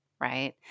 right